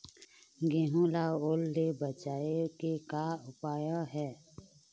गेहूं ला ओल ले बचाए के का उपाय हे?